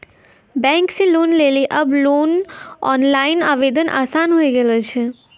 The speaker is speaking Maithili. बैंक से लोन लेली आब ओनलाइन आवेदन आसान होय गेलो छै